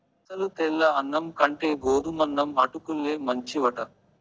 అసలు తెల్ల అన్నం కంటే గోధుమన్నం అటుకుల్లే మంచివట